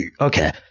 okay